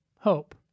hope